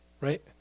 right